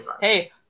Hey